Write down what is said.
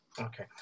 Okay